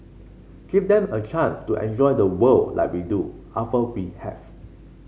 give them a chance to enjoy the world like we do after we have